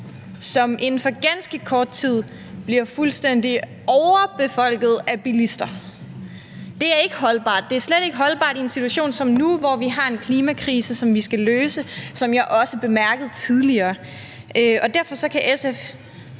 som inden for ganske kort tid bliver fuldstændig overbefolket af bilister. Det er ikke holdbart, og det er slet ikke holdbart i en situation som nu, hvor vi har en klimakrise, som vi skal løse, som jeg også bemærkede tidligere. Derfor kan SF